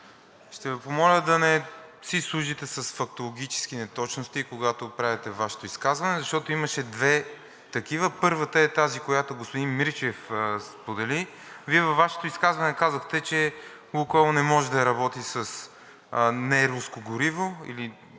ще Ви помоля да не си служите с фактологически неточности, когато правите Вашето изказване, защото имаше две такива. Първата е тази, която господин Мирчев сподели. Вие във Вашето изказване казахте, че „Лукойл“ не може да работи с неруско гориво или